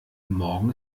morgen